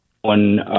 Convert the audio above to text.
one